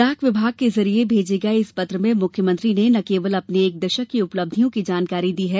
डाक विभाग के जरिये भेजे गये इस पत्र में मुख्यमंत्री ने न केवल अपनी एक दशक की उपलब्धियों की जानकारी दी है